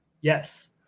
Yes